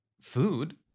food